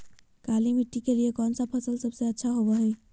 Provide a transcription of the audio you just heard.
काली मिट्टी के लिए कौन फसल सब से अच्छा होबो हाय?